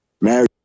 married